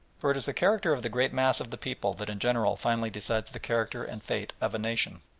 for it is the character of the great mass of the people that in general finally decides the character and fate of a nation.